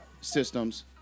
systems